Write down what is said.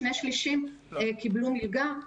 שני שלישים קיבלו מלגה.